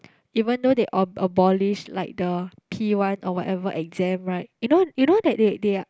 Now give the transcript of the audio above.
even though they ab~ abolish like the P-one or whatever exam right you know you know that they they're